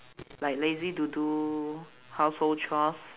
like lazy to do household chores